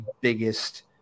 biggest